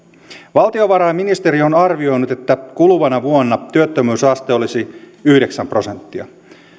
valtiovarainministeriö on arvioinut että kuluvana vuonna työttömyysaste olisi yhdeksän prosenttia